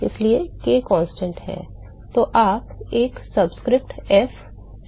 तो आप एक सबस्क्रिप्ट f द्रव की चालकता डालते हैं